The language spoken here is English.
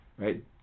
right